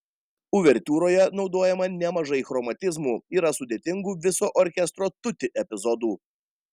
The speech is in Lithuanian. uvertiūroje naudojama nemažai chromatizmų yra sudėtingų viso orkestro tutti epizodų